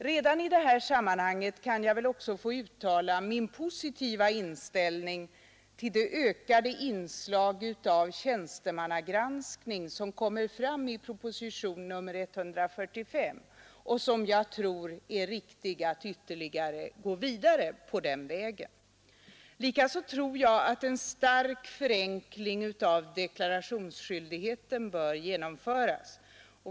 Redan i det här sammanhanget kan jag väl också få uttala min positiva inställning till det ökade inslag av tjänstemannagranskning som kommer fram i propositionen 145. Jag tror att det är riktigt att gå vidare på den vägen. Likaså tror jag att en stark förenkling av deklarationsskyldigheten bör genomföras.